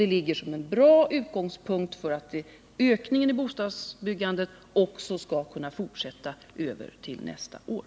Det ligger som en bra utgångspunkt för att ökningen i bostadsbyggandet skall kunna fortsätta även nästa år.